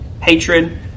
hatred